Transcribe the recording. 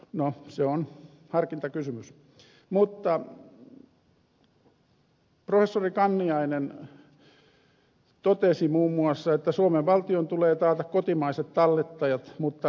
no se on harkintakysymys muun muassa että suomen valtion tulee taata kotimaiset tallettajat mutta rajallisesti